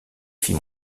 fit